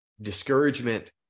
discouragement